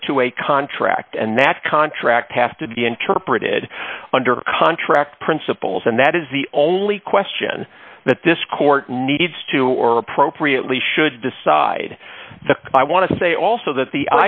ant to a contract and that contract have to be interpreted under contract principles and that is the only question that this court needs to or appropriately should decide that i want to say also that the